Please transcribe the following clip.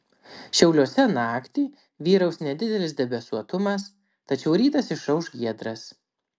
šiauliuose naktį vyraus nedidelis debesuotumas tačiau rytas išauš giedras